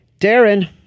Darren